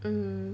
mm